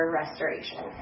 restoration